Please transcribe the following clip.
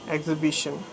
Exhibition